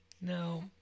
No